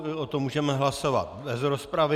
O tom můžeme hlasovat bez rozpravy.